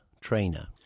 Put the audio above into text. trainer